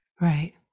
Right